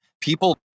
people